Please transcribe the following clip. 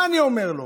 מה אני אומר לו?